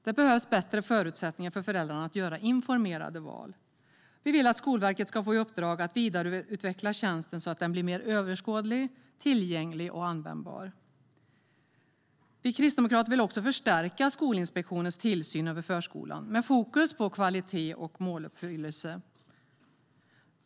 Det behövs bättre förutsättningar för föräldrar att göra informerade val. Vi vill att Skolverket ska få i uppdrag att vidareutveckla tjänsten så att den blir mer överskådlig, tillgänglig och användbar. Vi kristdemokrater vill också förstärka Skolinspektionens tillsyn över förskolan med fokus på kvalitet och måluppfyllelse.